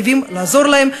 חייבים לעזור להם,